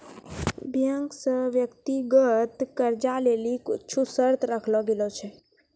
bank से व्यक्तिगत कर्जा लेली कुछु शर्त राखलो गेलो छै